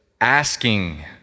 asking